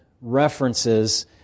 references